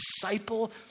disciple